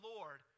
Lord